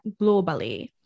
globally